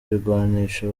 ibigwanisho